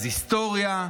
אז היסטוריה.